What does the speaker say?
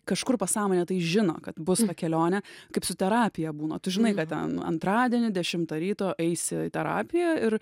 kažkur pasąmonė tai žino kad bus ta kelionė kaip su terapija būna tu žinai kad ten antradienį dešimtą ryto eisi į terapiją ir